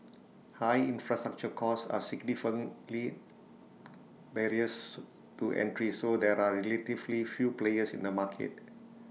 high infrastructure costs are significantly barriers to entry so there are relatively few players in the market